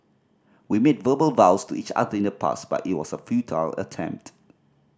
we made verbal vows to each other in the past but it was a futile attempt